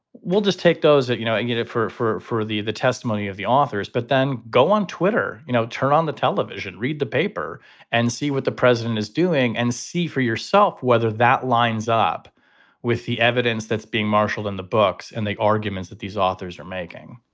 we'll just take those that, you know, and get it for for for further the testimony of the authors. but then go on twitter, you know, turn on the television, read the paper and see what the president is doing and see for yourself whether that lines up with the evidence that's being marshaled in the books and the arguments that these authors are making